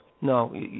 no